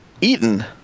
eaten